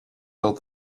build